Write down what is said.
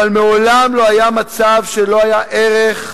אבל מעולם לא היה מצב שלא היה ערך,